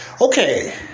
Okay